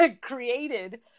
created